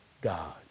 God